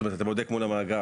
זאת אומרת אתה בודק מול המאגר?